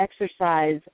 exercise